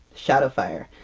shadowfire!